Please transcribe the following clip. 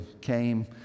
came